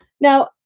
Now